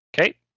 Okay